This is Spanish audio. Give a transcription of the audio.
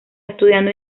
estudiando